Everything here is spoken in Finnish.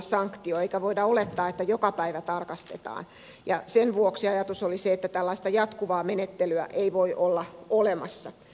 ei voida olettaa että joka päivä tarkastetaan ja sen vuoksi ajatus oli se että tällaista jatkuvaa menettelyä ei voi olla olemassa